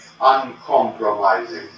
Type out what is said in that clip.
uncompromising